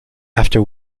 after